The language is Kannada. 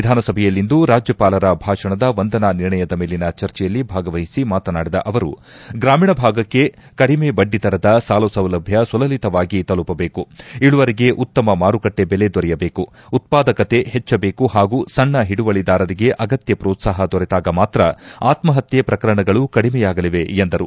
ವಿಧಾನಸಭೆಯಲ್ಲಿಂದು ರಾಜ್ಯಪಾಲರ ಭಾಷಣದ ವಂದನಾ ನಿರ್ಣಯದ ಮೇಲಿನ ಚರ್ಚೆಯಲ್ಲಿ ಭಾಗವಹಿಸಿ ಮಾತನಾಡಿದ ಅವರು ಗ್ರಾಮೀಣ ಭಾಗಕ್ಷೆ ಕಡಿಮೆ ಬಡ್ಡಿದರದ ಸಾಲಸೌಲಭ್ಯ ಸುಲಲಿತವಾಗಿ ತಲುಪದೇಕು ಇಳುವರಿಗೆ ಉತ್ತಮ ಮಾರುಕಟ್ಷೆ ದೆಲೆ ದೊರೆಯದೇಕು ಉತ್ಪಾದಕತೆ ಹೆಚ್ಚಬೇಕು ಹಾಗೂ ಸಣ್ಣ ಹಿಡುವಳಿದಾರರಿಗೆ ಅಗತ್ಯ ಪ್ರೋತ್ಸಾಹ ದೊರೆತಾಗ ಮಾತ್ರ ಆತ್ಮಹತ್ತೆ ಪ್ರಕರಣಗಳು ಕಡಿಮೆಯಾಗಲಿವೆ ಎಂದರು